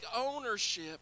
ownership